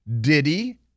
Diddy